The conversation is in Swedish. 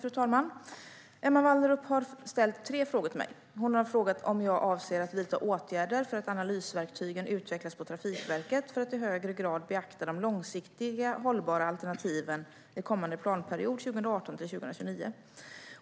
Fru talman! Emma Wallrup har ställt tre frågor till mig. Hon har frågat om jag avser att vidta åtgärder för att analysverktygen utvecklas på Trafikverket för att i högre grad beakta de långsiktiga hållbara alternativen i kommande planperiod 2018-2029.